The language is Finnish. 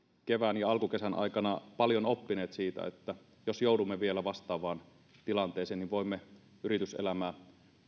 kevään ja alkukesän aikana paljon oppineet siitä että jos joudumme vielä vastaavaan tilanteeseen niin voimme yrityselämää